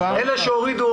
אלה שהורידו,